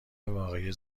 واقعی